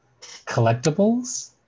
collectibles